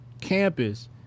campus